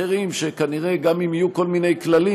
אחרים שגם אם יהיו כל מיני כללים,